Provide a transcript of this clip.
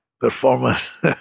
performance